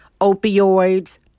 opioids